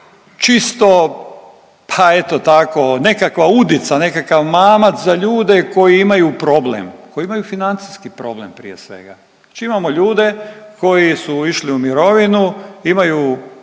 čisto pa eto tako nekakva udica, nekakav mamac za ljude koji imaju problem, koji imaju financijski problem prije svega. Znači imamo ljude koji su išli u mirovinu, imaju